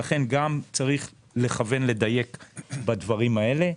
לכן גם צריך לדייק בדברים האלה.